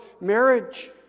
marriage